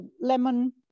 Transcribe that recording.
lemon